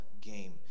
game